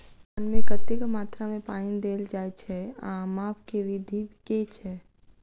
धान मे कतेक मात्रा मे पानि देल जाएँ छैय आ माप केँ विधि केँ छैय?